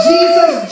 Jesus